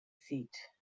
seat